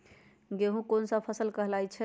गेहूँ कोन सा फसल कहलाई छई?